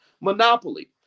monopoly